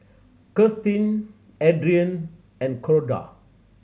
Kirstin Adrian and Corda